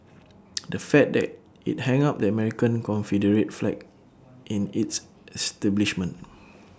the fact that IT hung up the American Confederate flag in its establishment